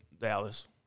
Dallas